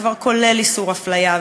וכבר כולל איסור הפליה,